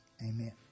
amen